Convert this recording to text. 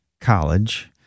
College